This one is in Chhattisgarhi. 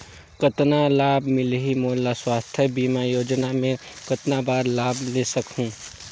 कतना लाभ मिलही मोला? स्वास्थ बीमा योजना मे कतना बार लाभ ले सकहूँ?